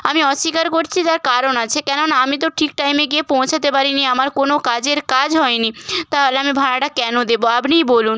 আমি অস্বীকার করছি তার কারণ আছে কেননা আমি তো ঠিক টাইমে গিয়ে পৌঁছাতে পারিনি আমার কোনো কাজের কাজ হয়নি তাহলে আমি ভাড়াটা কেন দেবো আপনিই বলুন